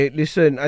listen